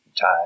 tie